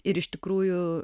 ir iš tikrųjų